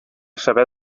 saber